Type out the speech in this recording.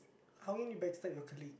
how can you backstab your colleague